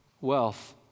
wealth